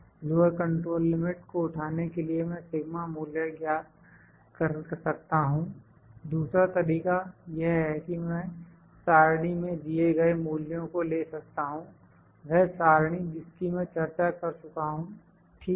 lower control limit को उठाने के लिए मैं σ मूल्य ज्ञात कर सकता हूं दूसरा तरीका यह है कि मैं सारणी में दिए गए मूल्यों को ले सकता हूं वह सारणी जिसकी मैं चर्चा कर चुका हूं ठीक है